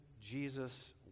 Jesus